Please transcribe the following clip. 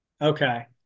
Okay